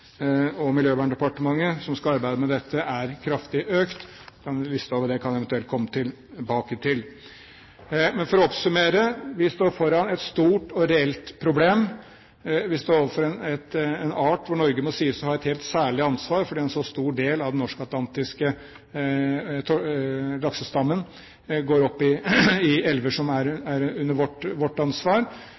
og Miljøverndepartementet, som skal arbeide med dette, er kraftig økt. En liste over det kan jeg eventuelt komme tilbake til. For å oppsummere: Vi står foran et stort og reelt problem, og vi står overfor en art hvor Norge må sies å ha et særlig ansvar, fordi en så stor del av den norsk-atlantiske laksestammen går opp i elver som er under vårt ansvar.